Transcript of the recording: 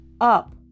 up